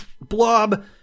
blob